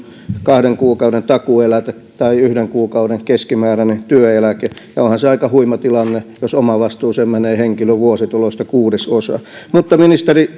kahden kuukauden takuueläke tai yhden kuukauden keskimääräinen työeläke onhan se aika huima tilanne jos omavastuuseen menee henkilön vuosituloista kuudesosa mutta ministeri